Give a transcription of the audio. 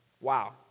Wow